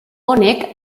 honek